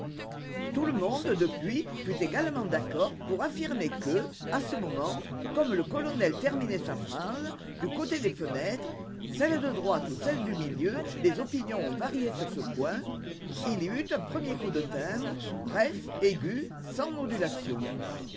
tout le monde depuis fut également d'accord pour affirmer que à ce moment comme le colonel terminait sa phrase du côté des fenêtres celle de droite ou celle du milieu les opinions ont varié sur ce point il y eut un premier coup de timbre bref aigu sans modulations